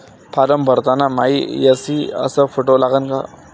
Form भरताना मायी सयी अस फोटो लागन का?